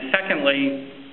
secondly